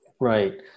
Right